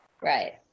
Right